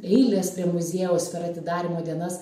eilės prie muziejaus per atidarymo dienas